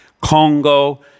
Congo